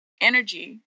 energy